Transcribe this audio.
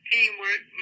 Teamwork